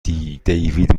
دیوید